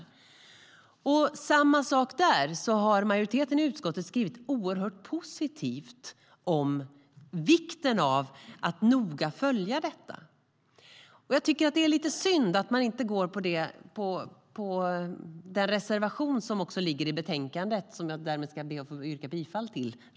Det är samma sak där - majoriteten i utskottet har skrivit oerhört positivt om vikten av att noga följa detta. Jag tycker att det är lite synd att man inte går på linjen i reservation 2 i betänkandet, som jag härmed ska be att få yrka bifall till.